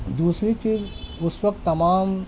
دوسری چیز اس وقت تمام